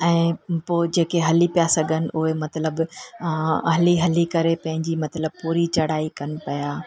ऐं पोइ जेके हली पिया सघनि उहे मतिलबु हली हली करे पंहिंजी मतिलबु पूरी चढ़ाई कनि पिया